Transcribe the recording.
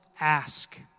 ask